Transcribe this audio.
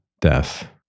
death